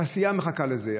התעשייה מחכה לזה.